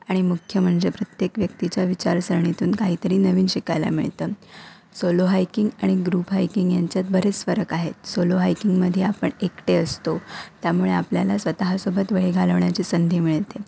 आणि मुख्य म्हणजे प्रत्येक व्यक्तीच्या विचारसरणीतून काहीतरी नवीन शिकायला मिळतं सोलो हायकिंग आणि ग्रुप हायकिंग यांच्यात बरेच फरक आहेत सोलो हायकिंगमध्ये आपण एकटे असतो त्यामुळे आपल्याला स्वतःसोबत वेळ घालवण्याची संधी मिळते